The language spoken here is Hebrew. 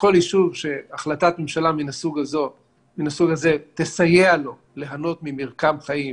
וכל יישוב שהחלטת ממשלה מן הסוג הזה תסייע לו ליהנות ממרקם החיים,